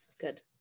Good